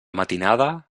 matinada